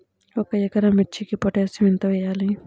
ఒక ఎకరా మిర్చీకి పొటాషియం ఎంత వెయ్యాలి?